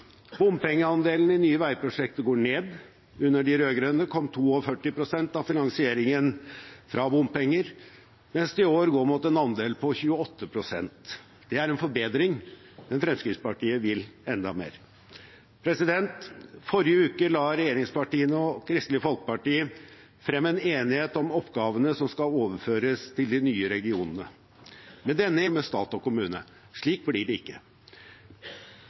Bompengeandelen i nye veiprosjekter går ned. Under de rød-grønne kom 42 pst. av finansieringen fra bompenger, mens det i år går mot en andel på 28 pst. Det er en forbedring, men Fremskrittspartiet vil enda mer. Forrige uke la regjeringspartiene og Kristelig Folkeparti frem en enighet om oppgavene som skal overføres til de nye regionene. Med denne enigheten videreføres avtalen mellom regjeringspartiene og Kristelig Folkeparti om kommune-